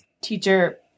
teacher